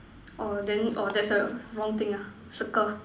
orh then orh that's a wrong ah circle